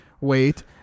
Wait